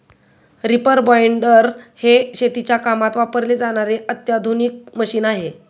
reaper binder हे शेतीच्या कामात वापरले जाणारे आधुनिक मशीन आहे